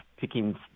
picking